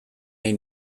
nahi